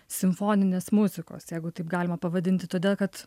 simfoninės muzikos jeigu taip galima pavadinti todėl kad